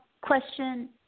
question